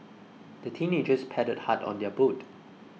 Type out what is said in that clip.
the teenagers paddled hard on their boat